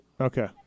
Okay